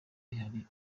rihari